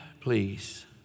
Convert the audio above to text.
please